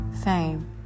Fame